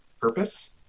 purpose